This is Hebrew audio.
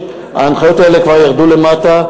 ההנחיות האלה כבר ירדו למטה.